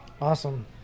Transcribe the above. Awesome